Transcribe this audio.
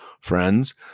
friends